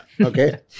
okay